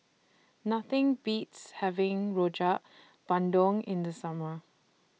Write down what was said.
Nothing Beats having Rojak Bandung in The Summer